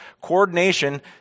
Coordination